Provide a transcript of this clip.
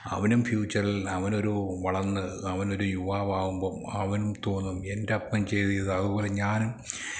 അവനും ഫ്യൂച്ചറിൽ അവനൊരു വളർന്ന് അവനൊരു യുവാവാവുമ്പോള് അവനും തോന്നും എൻ്റപ്പൻ ചെയ്തേയ്ത് അതുപോലെ ഞാനും